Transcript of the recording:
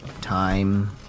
time